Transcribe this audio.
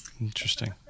Interesting